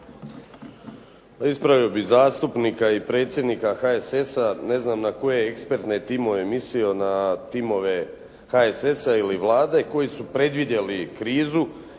Ispravio bih zastupnika i predsjednika HSS-a, ne znam na koje je ekspertne timove mislio na timove HSS-a ili Vlade koji su predvidjeli krizu.